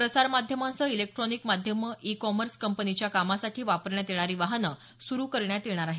प्रसारमाध्यमांसह electronic माध्यमं e commerce कंपनीच्या कामासाठी वापरण्यात येणारी वाहनं सुरु करण्यात येणार आहेत